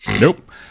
Nope